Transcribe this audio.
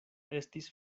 estis